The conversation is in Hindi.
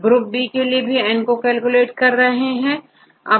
ग्रुप बी के लिए N को कैलकुलेट करते हैं